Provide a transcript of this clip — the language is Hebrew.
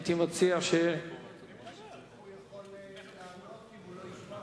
איך הוא יכול לענות אם הוא לא ישמע?